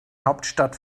hauptstadt